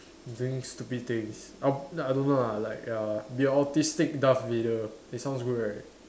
doing stupid things uh no I don't know lah like uh be a autistic Darth Vader it sounds good right